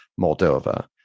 moldova